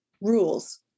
rules